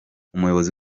umuyobozi